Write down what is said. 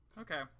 okay